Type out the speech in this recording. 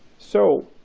so,